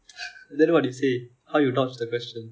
then what do you say how you dodge the question